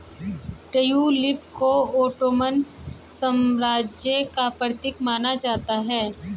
tulip को Ottoman साम्राज्य का प्रतीक माना जाता है